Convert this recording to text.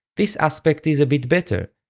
this aspect is a bit better,